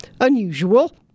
unusual